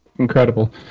incredible